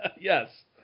Yes